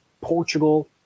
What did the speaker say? Portugal